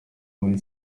muri